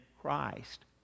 Christ